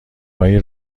های